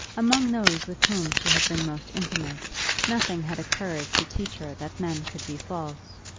among those with whom she had been most intimate nothing had occurred to teach her that men could be false,